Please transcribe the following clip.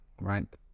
right